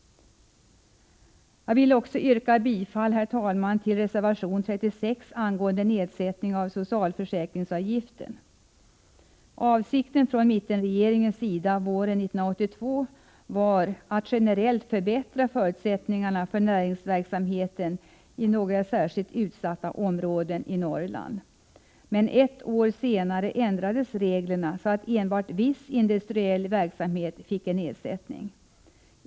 Jag vill också yrka bifall till reservation 36 angående nedsättning av socialförsäkringsavgifterna. Avsikten från mittenregeringens sida våren 1982 var att generellt förbättra förutsättningarna för näringsverksamhet i några särskilt utsatta områden i Norrland. Men ett år senare ändrades reglerna så att enbart viss industriell verksamhet fick en nedsättning.